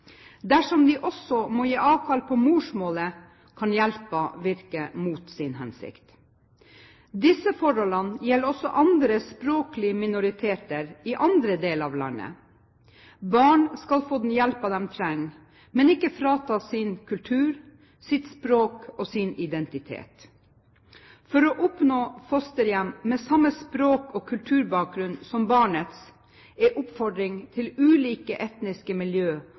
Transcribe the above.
Dersom de også må gi avkall på morsmålet, kan hjelpen virke mot sin hensikt. Disse forholdene gjelder også for andre språklige minoriteter i andre deler av landet. Barn skal få den hjelpen de trenger, men ikke fratas sin kultur, sitt språk og sin identitet. For å oppnå at man får fosterhjem med samme språk og kulturbakgrunn som barnets, går oppfordringen til ulike etniske